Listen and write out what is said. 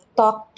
talk